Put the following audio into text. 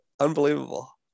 Unbelievable